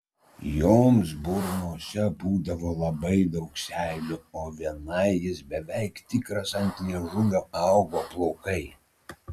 joms burnose būdavo labai daug seilių o vienai jis beveik tikras ant liežuvio augo plaukai